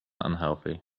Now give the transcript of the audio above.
unhealthy